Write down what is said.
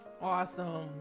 awesome